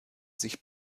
sich